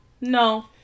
No